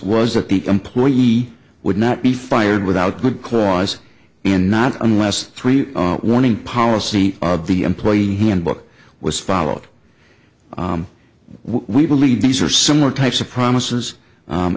that the employee would not be fired without good cause and not unless three warning policy of the employee handbook was followed we believe these are similar types of promises